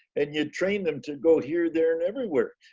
and you train them to go here there and everywhere.